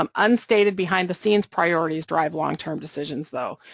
um unstated behind-the-scenes priorities drive long-term decisions, though,